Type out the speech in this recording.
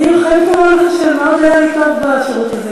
אני חייבת לומר לך שמאוד היה לי טוב בשירות הזה.